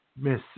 Miss